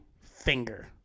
finger